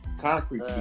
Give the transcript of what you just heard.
Concrete